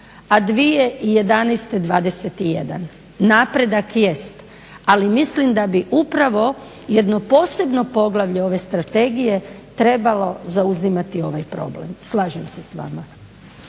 a 2011. 21. Napredak jest, ali mislim da bi upravo jedno posebno poglavlje ove strategije trebalo zauzimati ovaj problem. Slažem se s vama.